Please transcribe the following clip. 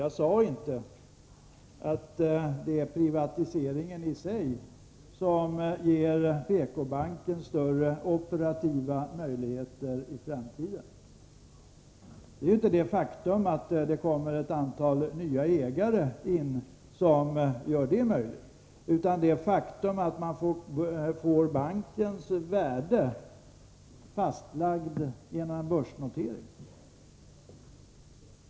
Jag sade inte att det är privatiseringen i sig som ger PK-banken större operativa möjligheter i framtiden. Det är inte det faktum att det kommer in ett antal nya ägare som ger de möjligheterna, utan det faktum att man får bankens värde fastlagt genom en börsnotering.